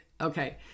Okay